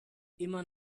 immer